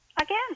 again